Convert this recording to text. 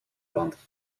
peintres